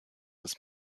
des